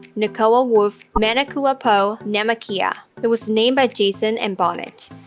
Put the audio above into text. nakoa-wolf manakauapo namakaeha that was named by jason and bonnet.